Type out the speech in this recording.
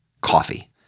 coffee